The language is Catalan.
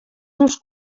seus